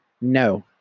No